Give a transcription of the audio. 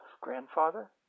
grandfather